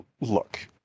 look